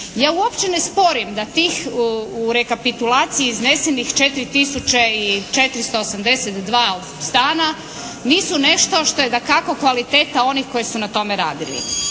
Ja uopće ne sporim da tih u rekapitulaciji iznesenih 4482 stana nisu nešto što je dakako kvaliteta onih koji su na tome radili.